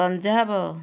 Punjab